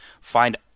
find